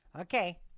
okay